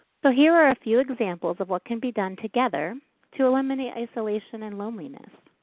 so here are a few examples of what can be done together to eliminate isolation and loneliness.